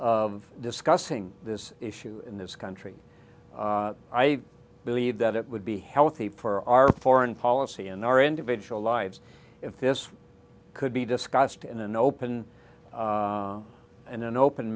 of discussing this issue in this country i believe that it would be healthy for our foreign policy in our individual lives if this could be discussed in an open and an open